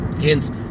Hence